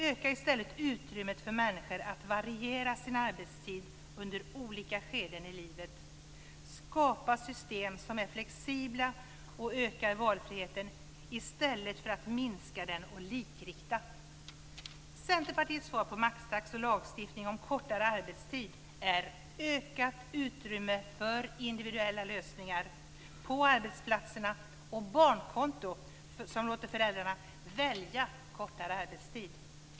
Öka i stället utrymmet för människor att variera sin arbetstid under olika skeden i livet! Skapa system som är flexibla och som ökar valfriheten i stället för att minska den och likrikta. Centerpartiets svar på maxtaxa och lagstiftning om en kortare arbetstid är ett ökat utrymme för individuella lösningar på arbetsplatserna och ett barnkonto som låter föräldrarna välja kortare arbetstid.